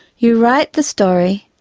you write the story,